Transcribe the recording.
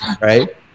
right